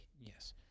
Yes